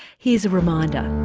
here's a reminder.